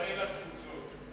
והאחראי לתפוצות.